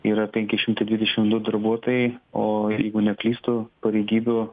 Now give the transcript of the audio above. yra penki šimtai dvidešim du darbuotojai o jeigu neklystu pareigybių